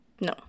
no